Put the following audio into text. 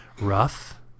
Rough